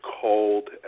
cold